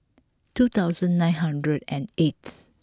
two thousand nine hundred and eighth